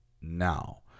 now